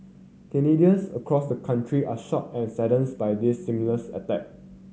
Canadians across the country are shocked and by this seamless attack